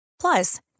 Plus